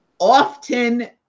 often